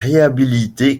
réhabilité